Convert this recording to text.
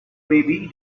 baby